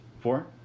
Four